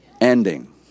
ending